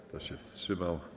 Kto się wstrzymał?